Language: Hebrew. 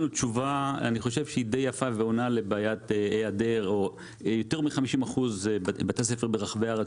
תשובה די יפה ועונה לבעיה שיותר מ-50% בתי ספר ברחבי הארץ,